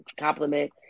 compliment